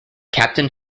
captain